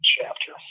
chapter